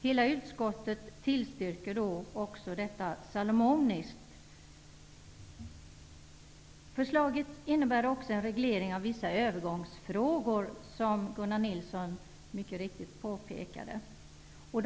Hela utskottet tillstyrker salomoniskt förslaget i denna del. Förslaget innebär också, som Gunnar Nilsson mycket riktigt påpekade, en reglering av vissa övergångsfrågor.